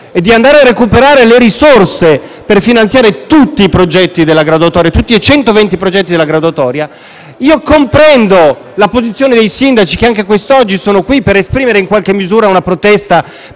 e di andare a recuperare le risorse per finanziare tutti i 120 progetti della graduatoria, comprendo la posizione dei sindaci che quest'oggi sono qui per esprimere in qualche misura una protesta,